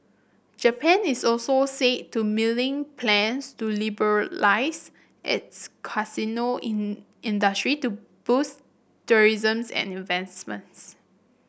Japan is also said to mulling plans to liberalise its casino in industry to boost tourism's and investments